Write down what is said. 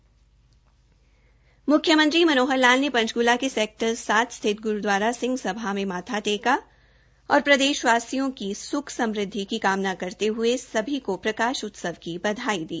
म्ख्यमंत्री मनोहर लाल ने पंचकूला के सेक्टर सात स्थित ग्रूद्वारा सिंह सभा में माथा टेका और प्रदेशवासियों की सुख समृद्धि का कामना करते हये सभी को प्रकाश उत्सव की बधाई दी